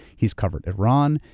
he's covered iran.